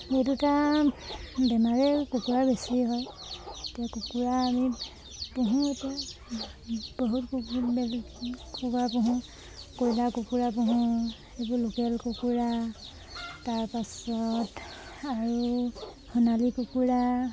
এই দুটা বেমাৰেই কুকুৰাৰ বেছি হয় এতিয়া কুকুৰা আমি পোহোঁ এতিয়া বহুত কুকুৰা পোহোঁ কইলাৰ কুকুৰা পোহোঁ এইবোৰ লোকেল কুকুৰা তাৰপাছত আৰু সোণালী কুকুৰা